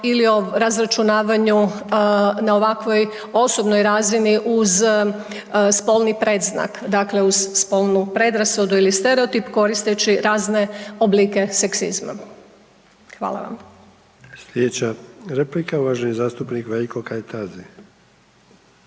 ili o razračunavanju na ovakvoj osobnoj razini uz spolni predznak, dakle uz spolnu predrasudu ili stereotip koristeći razne oblike seksizma. Hvala vam. **Sanader, Ante (HDZ)** Slijedeća replika uvaženi zastupnik Veljko Kajtazi.